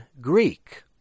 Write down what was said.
Greek